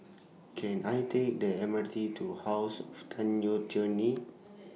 Can I Take The M R T to House of Tan Yeok Nee